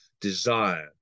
desire